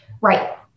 Right